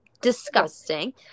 disgusting